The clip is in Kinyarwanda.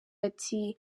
ati